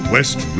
West